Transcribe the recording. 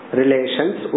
relations